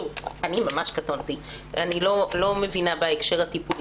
אני ממש קטונתי ואני לא מבינה בהקשר הטיפולי,